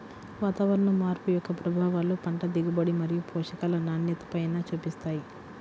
వాతావరణ మార్పు యొక్క ప్రభావాలు పంట దిగుబడి మరియు పోషకాల నాణ్యతపైన చూపిస్తాయి